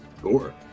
Sure